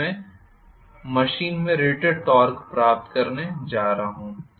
तो मैं मशीन में रेटेड टॉर्क प्राप्त करने जा रहा हूं